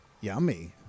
yummy